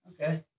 Okay